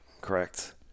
correct